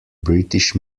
british